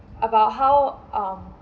about how um